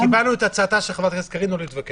קיבלנו את הצעתה של חברת הכנסת קארין לא להתווכח.